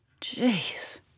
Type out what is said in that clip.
Jeez